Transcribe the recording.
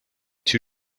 two